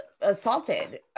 assaulted